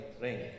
ring